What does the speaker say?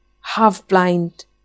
Half-blind